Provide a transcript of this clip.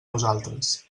nosaltres